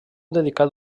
dedicat